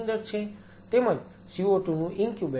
તેમજ CO2 નું incubator છે